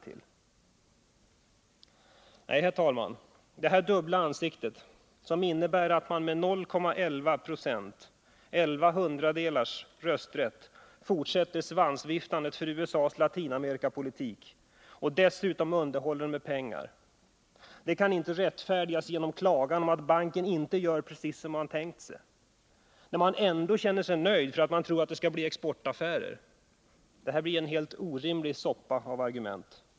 Nej, herr talman, detta dubbla ansikte som innebär att man med 0,11 96 — elva tiotusendels rösträtt — fortsätter svansviftandet för USA:s Latinameri kapolitik, och dessutom underhåller den med pengar, kan inte rättfärdigas genom klagan över att banken inte gör precis som man har tänkt sig, om man ändå känner sig nöjd, därför att man tror att det skall bli exportaffärer. Det blir en helt orimlig soppa av argument.